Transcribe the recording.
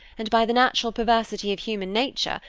and by the natural perversity of human nature,